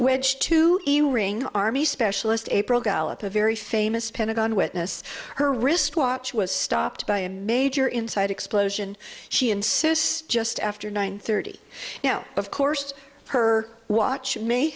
wedge to the ring army specialist april gallup a very famous pentagon witness her wristwatch was stopped by a major inside explosion she insists just after nine thirty now of course her watch may